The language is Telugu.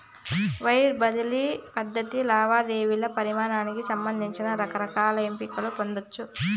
వైర్ బదిలీ పద్ధతి లావాదేవీల పరిమానానికి సంబంధించి రకరకాల ఎంపికలు పొందచ్చు